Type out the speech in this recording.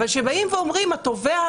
אבל כשבאים ואומרים שהתובע,